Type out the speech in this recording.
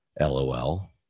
lol